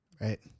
Right